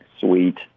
sweet